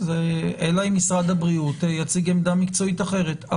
אלא אם משרד הבריאות יציג עמדה מקצועית אחרת.